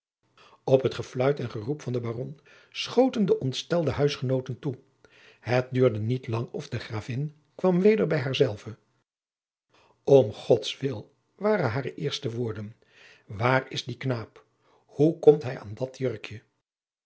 op het gefluit en geroep van den baron schoten de ontstelde huisgenooten toe het duurde niet lang of de gravin kwam weder bij haar zelve om gods wil waren hare eerste woorden waar is die knaap hoe komt hij aan dat jurkje